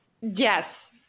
Yes